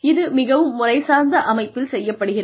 இது மிகவும் முறைசார்ந்த அமைப்பில் செய்யப்படுகிறது